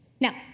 Now